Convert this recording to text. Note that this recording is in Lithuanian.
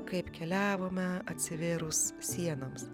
kaip keliavome atsivėrus sienoms